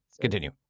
Continue